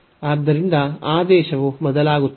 ಆದ್ದರಿಂದ ಆದೇಶವು ಬದಲಾಗುತ್ತದೆ